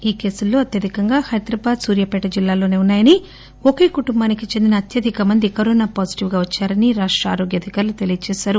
ఈ కేసుల్లో అత్యధికంగా హైదరాబాద్ సూర్యాపేట జిల్లాల్లోసే ఉన్సాయని ఒకే కుటుంబానికి చెందిన అత్యధిక మంది కరోనా పాజిటివ్గా వచ్చారని రాష్ట ఆరోగ్య అధికారులు తెలియచేసారు